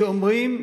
שאומרים: